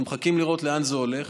אנחנו מחכים לראות לאן זה הולך.